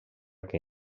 que